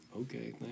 Okay